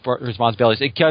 responsibilities